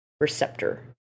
receptor